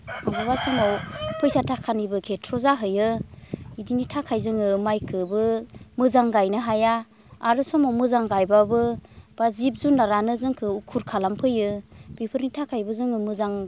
अबेबा समाव फैसा थाखानिबो खेत्र जाहैयो इदिनि थाखाय जोङो माइखोबो मोजां गायनो हाया आरो समाव मोजां गायब्लाबो एबा जिब जुनारानो जोंखौ उखुर खालामफैयो बेफोरनि थाखायबो जोङो मोजां